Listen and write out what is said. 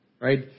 right